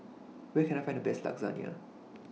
Where Can I Find The Best Lasagna